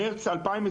במרץ שנת 2021,